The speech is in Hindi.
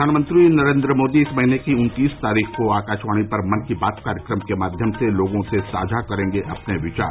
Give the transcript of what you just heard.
प्रधानमंत्री नरेन्द्र मोदी इस महीने की उन्तीस तारीख को आकाशवाणी पर मन की बात कार्यक्रम के माध्यम से लोगों से साझा करेंगे अपने विचार